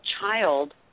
child